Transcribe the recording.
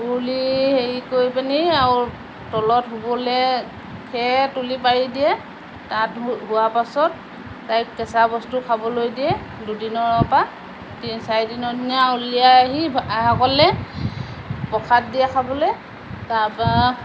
উৰুলি হেৰি কৰি পেনি আৰু তলত শুবলে খেৰ তুলি পাৰি দিয়ে তাত শোৱাৰ পাছত তাইক কেঁচা বস্তু খাবলৈ দিয়ে দুদিনৰ পৰা চাৰিদিনৰ দিনা উলিয়াই আহি আইসকলে প্ৰসাদ দিয়ে খাবলে তাৰপৰা